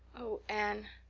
oh, anne,